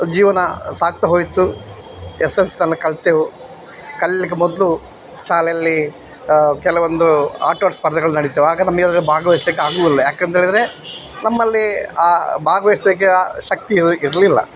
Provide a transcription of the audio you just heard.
ಜೀವನ ಸಾಗ್ತಾ ಹೋಯಿತು ಎಸ್ ಎಲ್ ಸಿ ತನಕ ಕಲಿತೆವು ಕಲೀಲಿಕ್ಕೆ ಮೊದಲು ಶಾಲೆಯಲ್ಲಿ ಕೆಲವೊಂದು ಆಟೋಟ ಸ್ಪರ್ಧೆಗಳು ನಡಿತವೆ ಆಗ ನಮಗೆ ಅದ್ರಲ್ಲಿ ಭಾಗವಹಿಸ್ಲಿಕ್ಕೆ ಆಗೋದಿಲ್ಲ ಯಾಕಂತ ಹೇಳಿದ್ರೆ ನಮ್ಮಲ್ಲಿ ಆ ಭಾಗವಹಿಸ್ಲಿಕ್ಕೆ ಆ ಶಕ್ತಿ ಇರಲಿಲ್ಲ